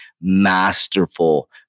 masterful